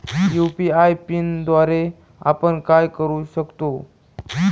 UPI पिनद्वारे आपण काय काय करु शकतो?